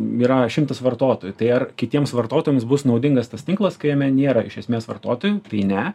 yra šimtas vartotojų tai ar kitiems vartotojams bus naudingas tas tinklas kai jame nėra iš esmės vartotojų tai ne